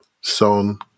Son